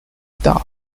doug